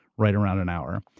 right around an hour.